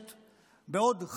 בעוד חמש שנים מלבטל,